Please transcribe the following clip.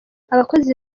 abakozi